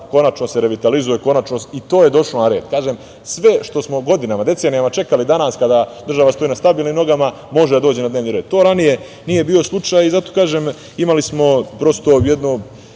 konačno se revitalizuje, konačno i to je došlo na red. Kažem sve što smo godinama, decenijama čekali danas kada država stoji na stabilnim nogama, može da dođe na dnevni red. To ranije nije bio slučaj i zato kažem da smo imali jednu